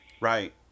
Right